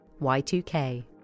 Y2K